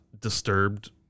Disturbed